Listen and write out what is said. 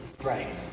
Right